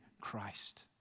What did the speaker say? Christ